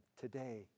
today